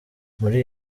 muri